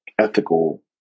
ethical